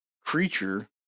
creature